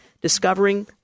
Discovering